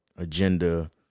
Agenda